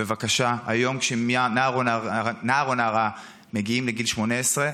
בבקשה, היום כשנער או נערה מגיעים לגיל 18,